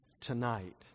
tonight